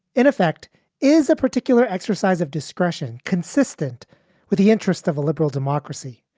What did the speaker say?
in effect is a particular exercise of discretion consistent with the interests of a liberal democracy.